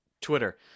Twitter